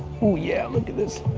oh, yeah, look at this.